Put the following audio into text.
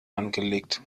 angelegt